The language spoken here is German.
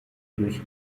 durch